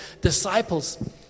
disciples